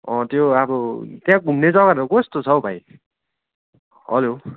अँ त्यो अब त्यहाँ घुम्ने जग्गाहरू कस्तो छ हो भाइ हेलो